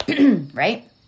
Right